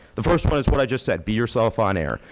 the first one is what i just said, be yourself on air.